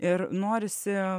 ir norisi